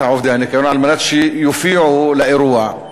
עובדי הניקיון על מנת שיופיעו לאירוע.